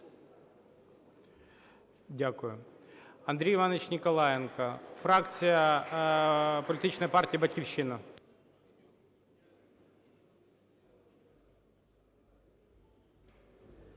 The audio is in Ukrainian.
Дякую. Андрій Іванович Ніколаєнко, фракція політичної партії "Батьківщина".